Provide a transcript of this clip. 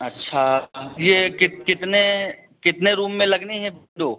अच्छा यह कित कितने कितने रूम में लगनी हैं विंडो